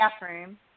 bathroom